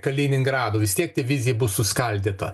kaliningrado vis tiek divizija bus suskaldyta